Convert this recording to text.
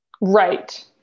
Right